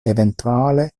eventuale